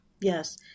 Yes